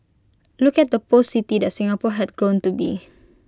look at the post city that Singapore had grown to be